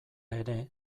ere